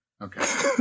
Okay